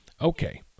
Okay